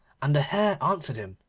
and the hare answered him,